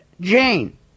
Jane